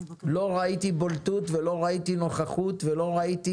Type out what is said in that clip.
לא ראיתי בולטות ולא ראיתי נוכחות ולא ראיתי